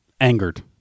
angered